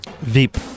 Veep